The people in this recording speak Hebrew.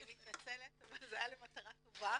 אני מתנצלת אבל זה היה למטרה טובה,